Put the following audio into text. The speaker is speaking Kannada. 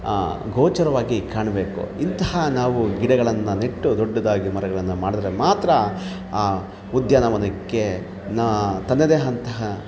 ಗೋಚರವಾಗಿ ಕಾಣಬೇಕು ಇಂತಹ ನಾವು ಗಿಡಗಳನ್ನು ನೆಟ್ಟು ದೊಡ್ಡದಾಗಿ ಮರಗಳನ್ನು ಮಾಡಿದ್ರೆ ಮಾತ್ರ ಆ ಉದ್ಯಾನವನಕ್ಕೆ ನ ತನ್ನದೇ ಆದಂತಹ